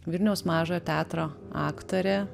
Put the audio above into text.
vilniaus mažojo teatro aktorė